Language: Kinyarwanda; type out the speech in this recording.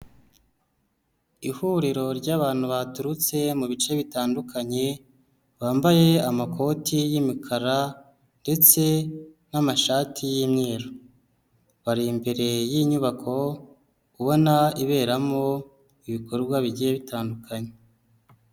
Ihuriro ry'abantu baturutse mu bice bitandukanye, bambaye amakoti y'imikara ndetse n'amashati y'imyeru, bari imbere y'inyubako ubona iberamo ibikorwa bigiye bitandukanye.